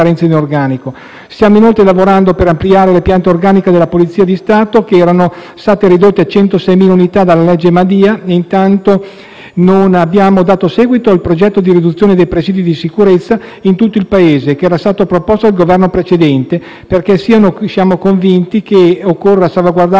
Stato, che erano state ridotte a 106.000 unità dalla legge Madia e, intanto, non abbiamo dato seguito al progetto di riduzione dei presidi di sicurezza in tutto il Paese, che era stato proposto dal Governo precedente, perché siamo convinti che occorra salvaguardare le specificità della Polizia, potenziandone gli assetti e non riducendoli.